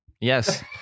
Yes